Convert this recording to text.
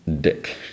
dick